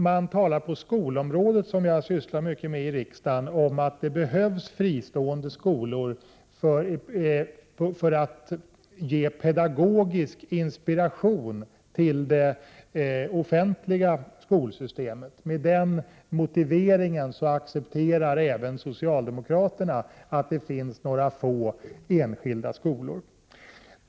Man talar på skolområdet, som jag sysslar mycket med i riksdagen, om att det behövs fristående skolor för att ge pedagogisk inspiration till det offentliga skolsystemet. Med den motiveringen accepterar även socialdemokraterna att det finns några få enskilda skolor.